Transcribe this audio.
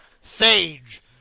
sage